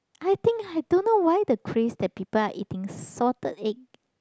I think I don't know why the craze that people are eating salted egg